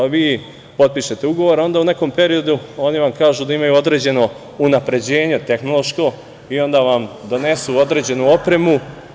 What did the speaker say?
Vi potpišete ugovor, onda u nekom periodu oni vam kažu da imaju određeno unapređenje tehnološko i onda vam donesu određenu opremu.